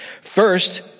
First